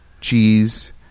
cheese